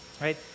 Right